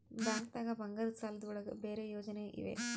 ಬ್ಯಾಂಕ್ದಾಗ ಬಂಗಾರದ್ ಸಾಲದ್ ಒಳಗ್ ಬೇರೆ ಯೋಜನೆ ಇವೆ?